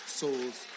souls